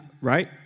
Right